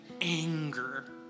anger